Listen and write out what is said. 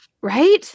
Right